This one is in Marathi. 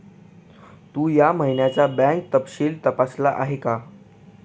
तू या महिन्याचं बँक तपशील तपासल आहे का?